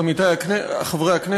אדוני היושב-ראש, עמיתי חברי הכנסת,